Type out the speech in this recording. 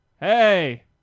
hey